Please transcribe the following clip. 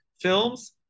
films